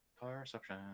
Perception